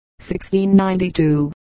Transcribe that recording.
1692